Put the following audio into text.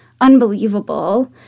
unbelievable